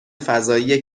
فضایی